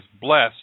blessed